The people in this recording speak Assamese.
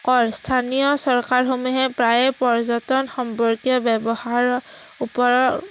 কৰ স্থানীয় চৰকাৰসমূহে প্ৰায়ে পৰ্যটন সম্পৰ্কীয় ব্যৱহাৰৰ ওপৰত